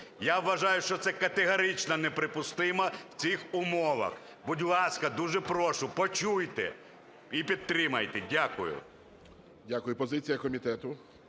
Я вважаю, що це категорично неприпустимо в цих умовах. Будь ласка, дуже прошу почуйте і підтримайте. Дякую. ГОЛОВУЮЧИЙ. Дякую. Позиція комітету.